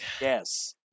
Yes